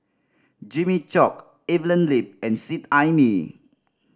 Jimmy Chok Evelyn Lip and Seet Ai Mee